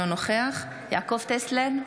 אינו נוכח יעקב טסלר,